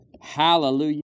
Hallelujah